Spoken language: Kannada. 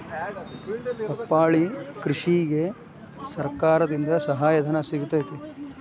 ಪಪ್ಪಾಳಿ ಕೃಷಿಗೆ ಸರ್ಕಾರದಿಂದ ಸಹಾಯಧನ ಸಿಗತೈತಿ